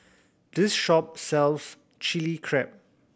this shop sells Chili Crab